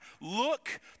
look